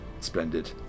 splendid